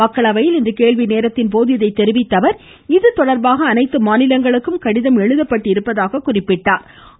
மக்களவையில் இன்று கேள்வி நேரத்தின்போது இதனை தெரிவித்த அவர் இதுதொடர்பாக அனைத்து மாநிலங்களுக்கும் கடிதம் எழுதப்பட்டிருப்பதாக அவர் கூறினார்